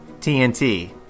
TNT